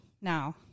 now